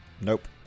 Nope